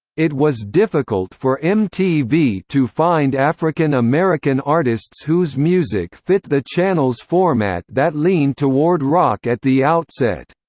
it was difficult for mtv to find african american artists whose music fit the channel's format that leaned toward rock at the outset.